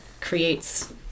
creates